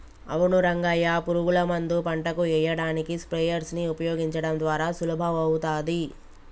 అవును రంగయ్య పురుగుల మందు పంటకు ఎయ్యడానికి స్ప్రయెర్స్ నీ ఉపయోగించడం ద్వారా సులభమవుతాది